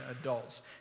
adults